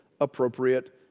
appropriate